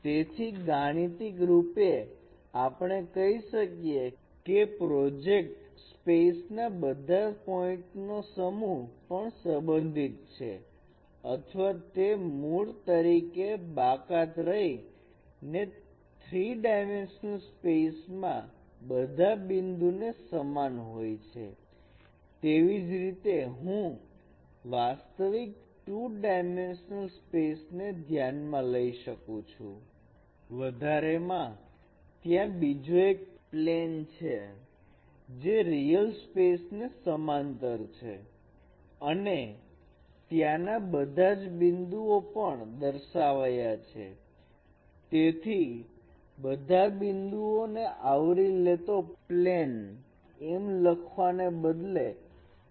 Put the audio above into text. તેથી ગાણિતિક રૂપે આપણે કહી શકીએ કે પ્રોજેક્ટ સ્પેસ ના બધા પોઇન્ટનો સમૂહ પણ સંબંધિત છે અથવા તે મૂળ તરીકે બાકાત રહી ને 3 ડાયમેન્શનલ સ્પેસ માં બધા બિંદુ ને સમાન હોય છે તેવી જ રીતે હું વાસ્તવિક 2 ડાયમેન્શનલ સ્પેસ ને ધ્યાન માં લઈ શકું છું